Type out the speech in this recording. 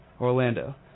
Orlando